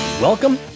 Welcome